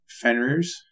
Fenrir's